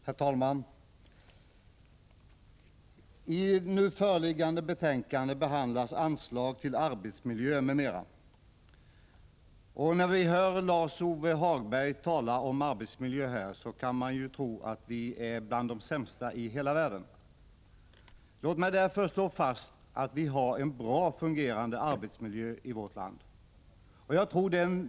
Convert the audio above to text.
Herr talman! I nu föreliggande betänkande behandlas anslag till arbetsmiljö m.m. När man hör Lars-Ove Hagberg tala om arbetsmiljön kan man tro att vi här i Sverige är de sämsta i hela världen i det avseendet. Låt mig därför slå fast att vi har en väl fungerande arbetsmiljö i vårt land.